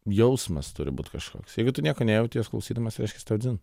jausmas turi būt kažkoks jeigu tu nieko nejauti jos klausydamas reiškias tau dzin